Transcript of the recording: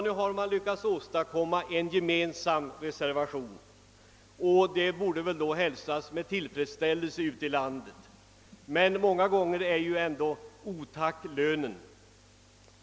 Nu har man lyckats åstadkomma en gemensam reservation, vilket väl borde hälsas med tillfredsställelse ute i landet. Många gånger är ändå otack den lön man får.